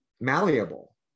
malleable